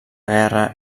guerra